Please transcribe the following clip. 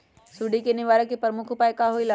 सुडी के निवारण के प्रमुख उपाय कि होइला?